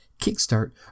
kickstart